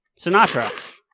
Sinatra